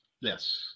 yes